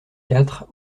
quatre